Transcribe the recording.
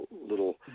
little